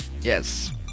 Yes